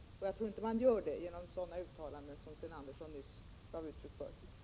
Jag tror inte att man gör det genom sådana uttalanden som Sten Andersson nyss gjorde.